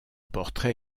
portrait